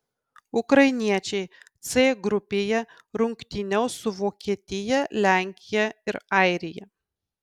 ukrainiečiai c grupėje rungtyniaus su vokietija lenkija ir airija